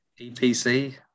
epc